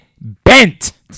bent